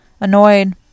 annoyed